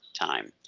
time